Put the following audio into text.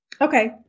Okay